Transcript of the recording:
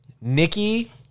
Nikki